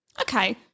Okay